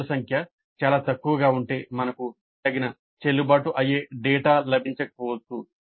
ప్రశ్నల సంఖ్య చాలా తక్కువగా ఉంటే మనకు తగిన చెల్లుబాటు అయ్యే డేటా లభించకపోవచ్చు